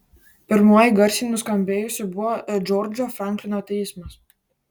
pirmuoju garsiai nuskambėjusiu buvo džordžo franklino teismas